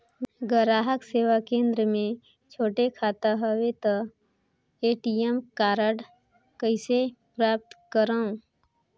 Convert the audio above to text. ग्राहक सेवा केंद्र मे छोटे खाता हवय त ए.टी.एम कारड कइसे प्राप्त करव?